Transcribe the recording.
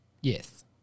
Yes